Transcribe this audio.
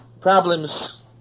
problems